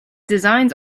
designs